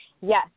Yes